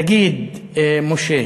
תגיד, משה,